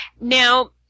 Now